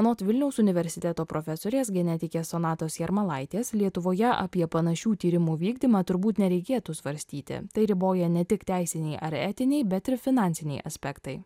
anot vilniaus universiteto profesorės genetikės sonatos jarmalaitės lietuvoje apie panašių tyrimų vykdymą turbūt nereikėtų svarstyti tai riboja ne tik teisiniai ar etiniai bet ir finansiniai aspektai